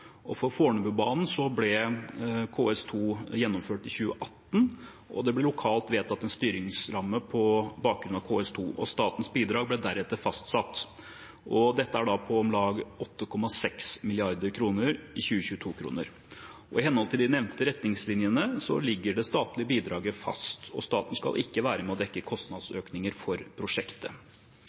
For Fornebubanen ble KS2 gjennomført i 2018, og det ble lokalt vedtatt en styringsramme på bakgrunn av KS2. Statens bidrag ble deretter fastsatt. Dette er på om lag 8,6 mrd. kr i 2022-kroner. I henhold til de nevnte retningslinjene ligger det statlige bidraget fast, og staten skal ikke være med og dekke kostnadsøkninger for prosjektet.